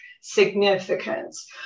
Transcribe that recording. significance